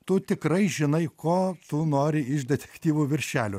tu tikrai žinai ko tu nori iš detektyvų viršelių